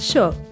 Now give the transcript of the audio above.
Sure